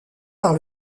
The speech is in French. par